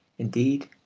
indeed,